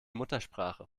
muttersprache